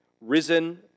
risen